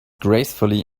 gracefully